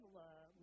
love